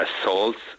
assaults